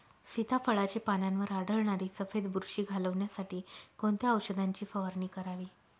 सीताफळाचे पानांवर आढळणारी सफेद बुरशी घालवण्यासाठी कोणत्या औषधांची फवारणी करावी?